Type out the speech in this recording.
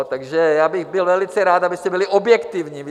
Takže bych byl velice rád, abyste byli objektivní.